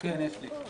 כן, יש לי.